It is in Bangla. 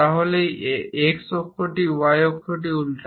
তাহলে এই x অক্ষ y অক্ষটি উল্টান